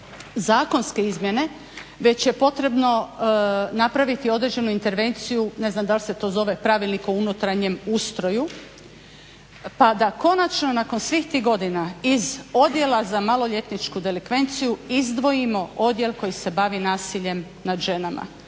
zakonske izmjene već je potrebno napraviti određenu intervenciju, ne znam dal se to zove pravilnik o unutarnjem ustroju, pa da konačno nakon svih tih godina iz Odjela za maloljetničku delikvenciju izdvojimo odjel koji se bavi nasiljem nad ženama,